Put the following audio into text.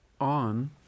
on